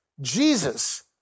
Jesus